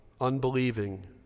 unbelieving